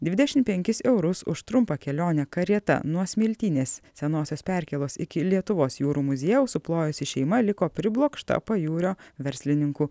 dvidešimt penkis eurus už trumpą kelionę karieta nuo smiltynės senosios perkėlos iki lietuvos jūrų muziejaus suplojusi šeima liko priblokšta pajūrio verslininkų